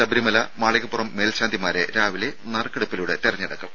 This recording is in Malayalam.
ശബരിമല മാളികപ്പുറം മേൽശാന്തിമാരെ രാവിലെ നറുക്കെടുപ്പിലൂടെ തെരഞ്ഞെടുക്കും